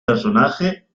personaje